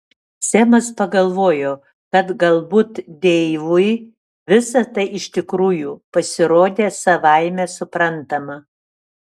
semas pagalvojo kad galbūt deivui visa tai iš tikrųjų pasirodė savaime suprantama